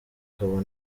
akaba